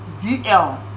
DL